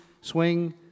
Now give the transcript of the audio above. swing